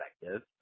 perspective